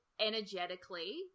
energetically